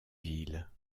villes